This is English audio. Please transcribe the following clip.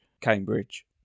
Cambridge